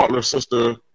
sister